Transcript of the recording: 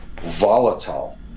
volatile